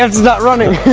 um start running!